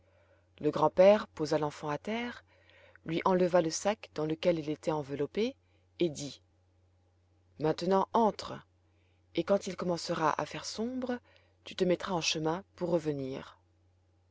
le grand-père posa l'enfant à terre lui enleva le sac dans lequel elle était enveloppée et dit maintenant entre et quand il commencera à faire sombre tu te mettras en chemin pour revenir